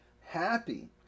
happy